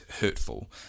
hurtful